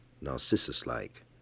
Narcissus-like